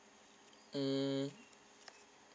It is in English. mm